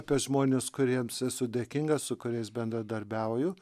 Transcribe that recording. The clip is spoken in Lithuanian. apie žmones kuriems esu dėkingas su kuriais bendradarbiauju